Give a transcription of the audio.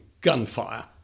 gunfire